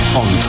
on